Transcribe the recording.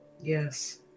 Yes